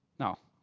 now,